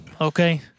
okay